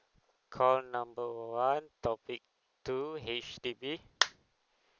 call number one topic two H_D_B